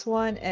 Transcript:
one